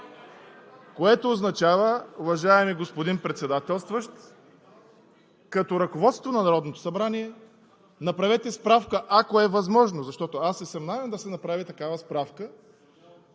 Което означава, уважаеми господин Председателстващ – като ръководство на Народното събрание, направете справка, ако е възможно, защото аз се съмнявам да се направи такава справка,